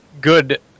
good